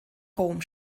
rom